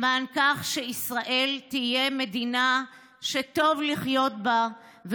למען זה שישראל תהיה מדינה שטוב לחיות בה,